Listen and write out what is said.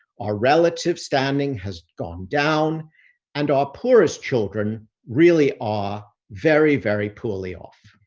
our relative standing has gone down and our poorest children really are very, very poorly off.